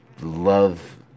love